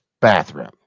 bathroom